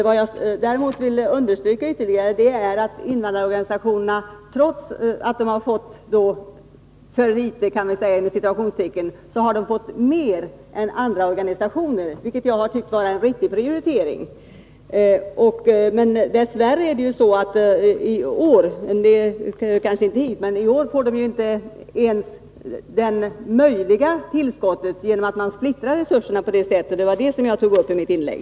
Vad jag vill understryka ytterligare är att invandrarorganisationerna, trots att de har fått ”för litet” , fått mer än andra organisationer, vilket jag har tyckt vara en riktig prioritering. Dess värre är det ju så att de i år inte ens får det möjliga tillskottet genom att man splittrar resurserna. Det var det som jag tog upp i mitt inlägg.